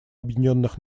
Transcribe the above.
объединенных